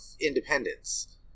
independence